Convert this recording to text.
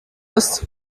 ist